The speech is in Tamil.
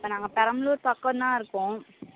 இப்போ நாங்கள் பெரம்பலூர் பக்கம் தான் இருக்கோம்